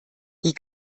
die